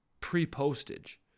pre-postage